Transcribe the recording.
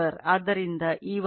ಆದ್ದರಿಂದ E1 4